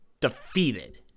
defeated